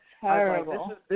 terrible